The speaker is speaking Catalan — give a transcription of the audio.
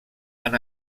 han